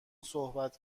صحبت